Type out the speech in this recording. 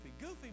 Goofy